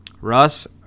Russ